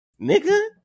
nigga